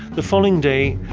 the following day,